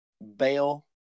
Bell